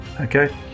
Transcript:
okay